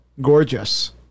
gorgeous